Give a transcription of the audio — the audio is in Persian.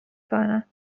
کنم